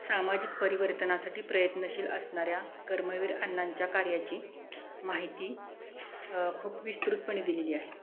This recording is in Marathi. सामाजिक परिवर्तनासाठी प्रयत्नशील असणाऱ्या कर्मवीर अण्णांच्या कार्याची माहिती खूप विस्तृतपणे दिलेली आहे